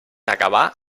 acabà